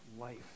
life